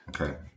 Okay